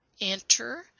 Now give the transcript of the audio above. enter